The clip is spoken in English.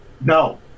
no